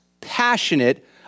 passionate